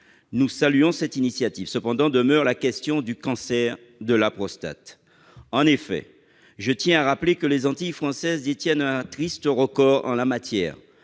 Nous saluons cette initiative. Cependant, la question du cancer de la prostate demeure. En effet, je tiens à le rappeler, les Antilles françaises détiennent un triste record en la matière,